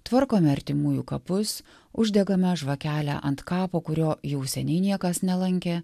tvarkome artimųjų kapus uždegame žvakelę ant kapo kurio jau seniai niekas nelankė